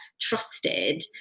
trusted